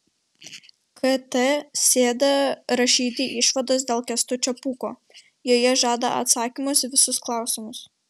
kt sėda rašyti išvados dėl kęstučio pūko joje žada atsakymus į visus klausimus